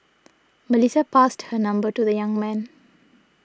Melissa passed her number to the young man